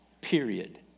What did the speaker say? period